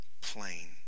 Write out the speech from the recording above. plain